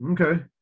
Okay